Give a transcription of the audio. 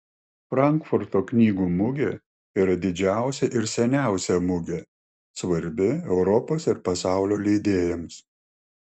frankfurto knygų mugė yra didžiausia ir seniausia mugė svarbi europos ir pasaulio leidėjams